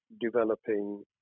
developing